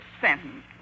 sentence